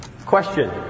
Question